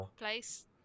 place